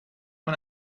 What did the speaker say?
man